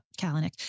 Kalanick